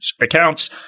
accounts